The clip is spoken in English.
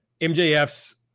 MJF's